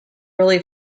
really